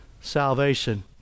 salvation